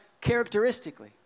characteristically